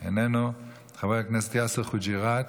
איננו, חבר הכנסת יאסר חוג'יראת,